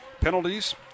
Penalties